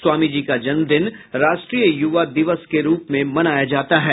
स्वामी जी का जन्म दिन राष्ट्रीय युवा दिवस के रूप में मनाया जाता है